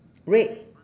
red